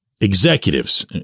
executives